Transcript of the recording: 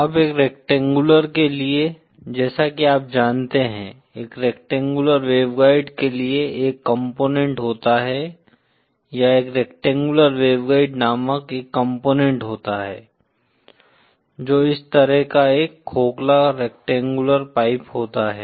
अब एक रेक्टेंगुलर के लिए जैसा कि आप जानते हैं एक रेक्टेंगुलर वेवगाइड के लिए एक कॉम्पोनेन्ट होता है या एक रेक्टेंगुलर वेवगाइड नामक एक कॉम्पोनेन्ट होता है जो इस तरह का एक खोखला रेक्टेंगुलर पाइप होता है